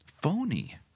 phony